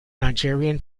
nigerian